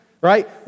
Right